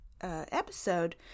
episode